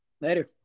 Later